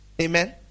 Amen